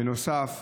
בנוסף,